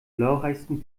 glorreichsten